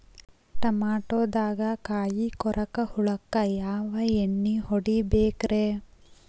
ಟಮಾಟೊದಾಗ ಕಾಯಿಕೊರಕ ಹುಳಕ್ಕ ಯಾವ ಎಣ್ಣಿ ಹೊಡಿಬೇಕ್ರೇ?